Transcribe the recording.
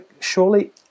surely